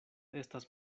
estas